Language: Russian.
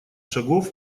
шагов